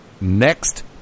next